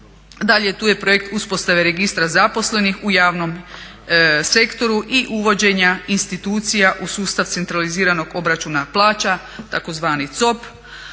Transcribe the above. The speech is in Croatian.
Dalje, tu je projekt uspostave registra zaposlenih u javnom sektoru i uvođenja institucija u sustav centraliziranog obračuna plaća, tzv. COP.